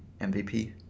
MVP